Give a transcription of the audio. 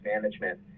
management